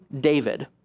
David